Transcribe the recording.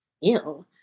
ew